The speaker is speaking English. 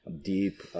deep